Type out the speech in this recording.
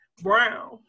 Brown